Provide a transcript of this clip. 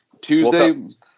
Tuesday